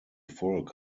volk